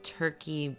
turkey